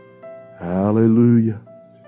Hallelujah